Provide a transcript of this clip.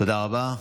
תודה רבה.